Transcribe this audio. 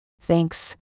Thanks